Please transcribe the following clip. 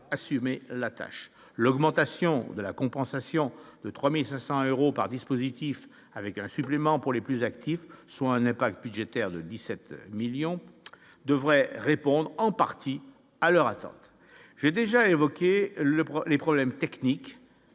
assumer la tâche : l'augmentation de la compensation de 3500 euros par dispositif avec un supplément pour les plus actifs, soit un impact budgétaire de 17 millions devrait répondre en partie à leur attente, j'ai déjà évoqué le pour les problèmes techniques,